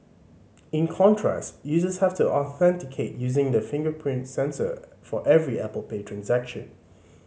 in contrast users have to authenticate using the fingerprint sensor for every Apple Pay transaction